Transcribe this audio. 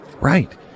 right